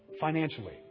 financially